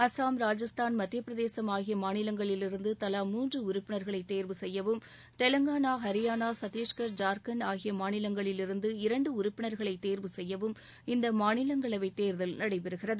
அசாம் ராஜஸ்தான் மத்தியப்பிரதேசும் ஆகிய மாநிலங்களில் இருந்து தலா மூன்று உறுப்பினர்களை தேர்வு செய்யவும் தெலுங்கானா அரியானா சத்தீஸ்கா் ஜார்கண்ட் ஆகிய மாநிலங்களில் இருந்து இரண்டு உறுப்பினர்களை தேர்வு செய்யவும் இந்த மாநிலங்களவை தேர்தல் நடைபெறுகிறது